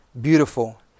beautiful